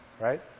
Right